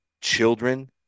children